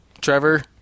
Trevor